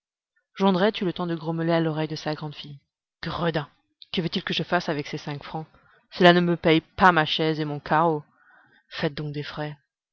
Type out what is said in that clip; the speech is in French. jondrette eut le temps de grommeler à l'oreille de sa grande fille gredin que veut-il que je fasse avec ses cinq francs cela ne me paye pas ma chaise et mon carreau faites donc des frais